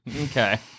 Okay